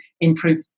improve